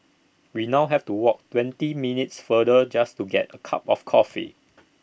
we now have to walk twenty minutes farther just to get A cup of coffee